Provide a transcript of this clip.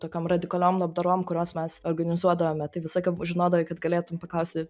tokiom radikaliom labdarom kuriuos mes organizuodavome tai visą laiką žinodavai kad galėtum paklausti